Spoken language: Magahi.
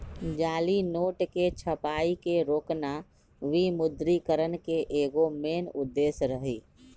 जाली नोट के छपाई के रोकना विमुद्रिकरण के एगो मेन उद्देश्य रही